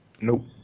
Nope